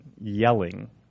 yelling